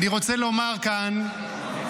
גאון, גאון.